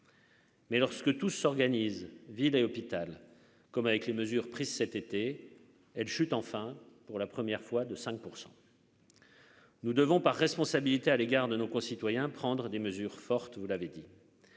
Mais lorsque tout s'organise, ville et hôpital comme avec les mesures prises cet été, elle chute enfin pour la première fois de 5 %. Nous devons par responsabilité à l'égard de nos concitoyens, prendre des mesures fortes, vous l'avez dit.